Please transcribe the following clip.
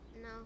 No